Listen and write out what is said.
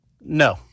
No